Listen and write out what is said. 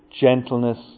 gentleness